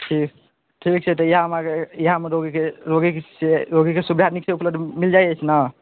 ठीक ठीक छै तऽ इएहमे अहाँके इएहमे रोगीके रोगीके रोगीके सुविधा नीक सऽ उपलब्ध मिल जाइ अछि ने